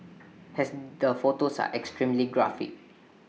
has the photos are extremely graphic